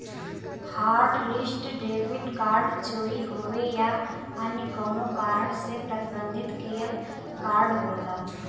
hotlist debit card चोरी होये या अन्य कउनो कारण से प्रतिबंधित किहल कार्ड होला